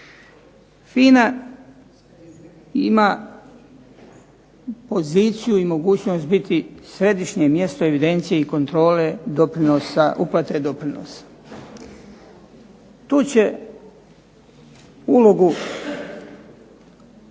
FINA ima poziciju i mogućnost biti središnje mjesto evidencije i kontrole doprinosa uplate doprinosa. Tu će ulogu